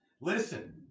Listen